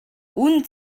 үнэ